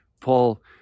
Paul